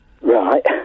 Right